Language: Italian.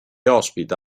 ospita